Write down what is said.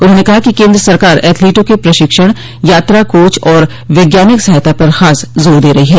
उन्होंने कहा कि केंद्र सरकार एथलीटों के प्रशिक्षण यात्रा कोच और वैज्ञानिक सहायता पर खास जोर दे रही है